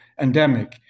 endemic